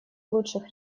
лучших